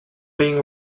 being